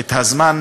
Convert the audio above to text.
את הזמן,